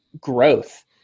Growth